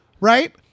Right